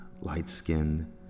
light-skinned